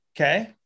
okay